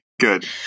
good